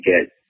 get